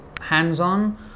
hands-on